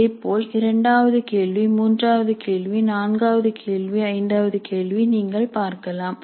இதேபோல் இரண்டாவது கேள்வி மூன்றாவது கேள்வி நான்காவது கேள்வி ஐந்தாவது கேள்வி நீங்கள் பார்க்கலாம்